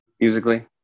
Musically